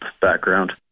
background